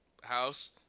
house